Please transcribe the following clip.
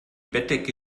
bettdecke